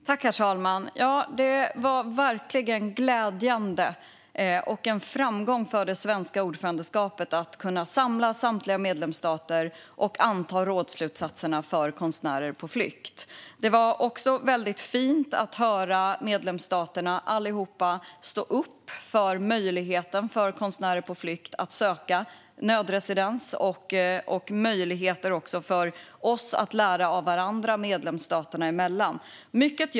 Herr talman! Det var verkligen en glädjande framgång för det svenska ordförandeskapet att samtliga medlemsstater samlades och antog rådsslutsatserna för konstnärer på flykt. Det var väldigt fint att höra alla medlemsstater stå upp för både möjligheten för konstnärer på flykt att söka nödresidens och möjligheterna för oss att lära av varandra medlemsstaterna emellan.